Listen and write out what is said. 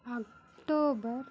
October